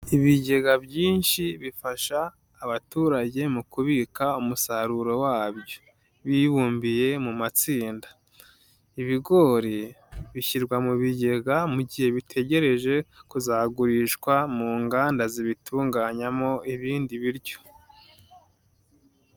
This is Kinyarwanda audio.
Ibigega byinshi bifasha, abaturage mu kubika umusaruro wabyo, bibumbiye mu matsinda. Ibigori, bishyirwa mu bigega mu gihe bitegereje kuzagurishwa mu nganda zibitunganyamo ibindi biryo.